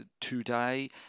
today